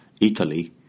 Italy